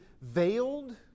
veiled